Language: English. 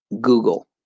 Google